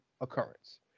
occurrence